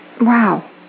Wow